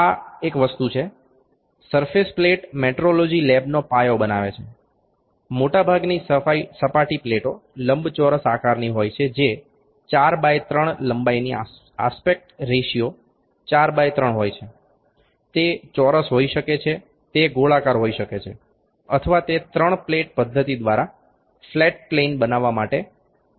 આ એક વસ્તુ છે સરફેસ પ્લેટ મેટ્રોલોજી લેબનો પાયો બનાવે છે મોટાભાગની સપાટી પ્લેટો લંબચોરસ આકારની હોય છે જે 4 બાય 3 લંબાઈની આસપેક્ટ રેશિયો 4 બાય 3 હોય છે તે ચોરસ હોઈ શકે છે તે ગોળાકાર હોઈ શકે છે અથવા તે 3 પ્લેટ પદ્ધતિ દ્વારા ફ્લેટ પ્લેન બનાવવા માટે ભૌમિતિક રીતે સૌથી વધુ યોગ્ય હોય છે